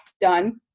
done